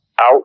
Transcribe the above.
out